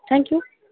thank you